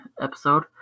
episode